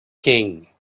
king